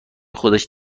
خودش